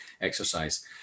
exercise